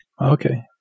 Okay